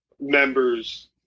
members